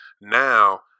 now